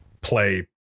play